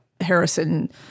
Harrison